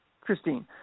Christine